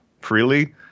freely